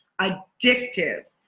addictive